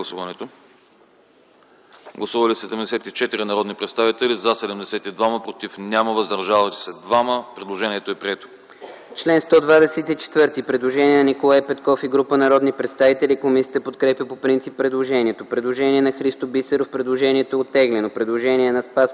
Гласували 77 народни представители: за 75, против няма, въздържали се 2. Предложението е прието.